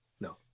no